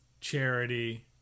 charity